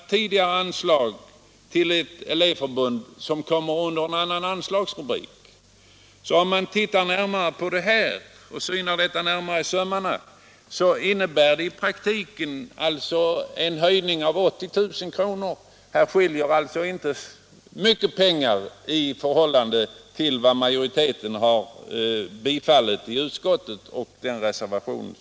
Ett annat anslag till elevförbunden finns nämligen upptaget under en annan anslagsrubrik. Om man tittar närmare på det så finner man att regeringen i praktiken föreslår en höjning med 80 000 kr. Här skiljer alltså inte mer än 20 000 kr. mellan vad utskottsmajoriteten har tillstyrkt och det förslag som finns i reservationen.